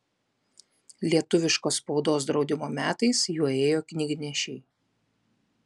lietuviškos spaudos draudimo metais juo ėjo knygnešiai